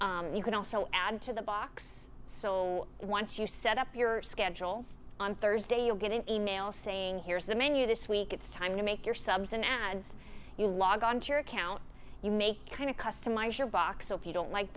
you can also add to the box so once you set up your schedule on thursday you'll get an e mail saying here's the menu this week it's time to make your subs and ads you log on to your account you make kind of customize your box so if you don't like